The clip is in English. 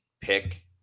pick